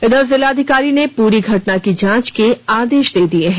इधर जिलाधिकारी ने पूरी घटना की जांच के आदेश दिए हैं